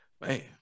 Man